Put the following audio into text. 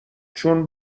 چون